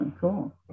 cool